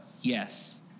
yes